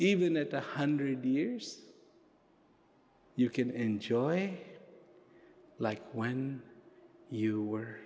even at a hundred years you can enjoy like when you were